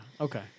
okay